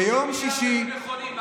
וה-53 מיליארד היו נכונים?